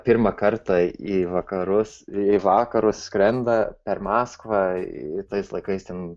pirmą kartą į vakarus į vakarus skrenda per maskvą tais laikais ten